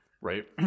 Right